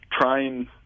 trying